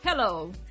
Hello